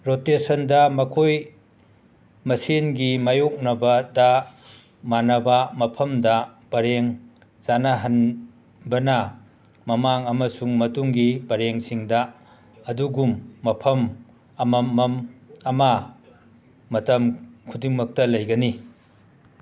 ꯔꯣꯇꯦꯁꯟꯗ ꯃꯈꯣꯏ ꯃꯁꯦꯟꯒꯤ ꯃꯌꯣꯛꯅꯕꯗ ꯃꯥꯟꯅꯕ ꯃꯐꯝꯗ ꯄꯔꯦꯡ ꯆꯥꯟꯅꯍꯟꯕꯅ ꯃꯃꯥꯡ ꯑꯃꯁꯨꯡ ꯃꯇꯨꯡꯒꯤ ꯄꯔꯦꯡꯁꯤꯡꯗ ꯑꯗꯨꯒꯨꯝ ꯃꯐꯝ ꯑꯃꯃꯝ ꯑꯃ ꯃꯇꯝ ꯈꯨꯗꯤꯡꯃꯛꯇ ꯂꯩꯒꯅꯤ